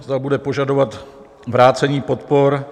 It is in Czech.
Zda bude požadovat vrácení podpor?